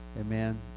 Amen